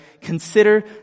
consider